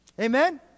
amen